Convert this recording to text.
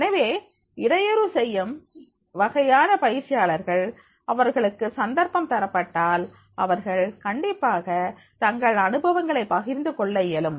எனவே இடையூறு செய்யும் வகையான பயிற்சியாளர்கள் அவர்களுக்கு சந்தர்ப்பம் தரப்பட்டால் அவர்கள் கண்டிப்பாக தங்கள் அனுபவங்களை பகிர்ந்து கொள்ள இயலும்